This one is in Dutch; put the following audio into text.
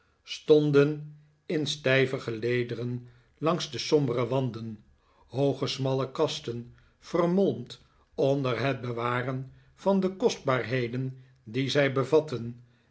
stonden in stijve gelederen langs de sombere wanden hooge smalle kasten vermolmd onder het bewaren van de kostbaarheden die zij bevatten